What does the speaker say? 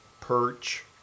perch